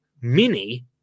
mini